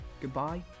goodbye